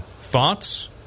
thoughts